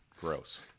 gross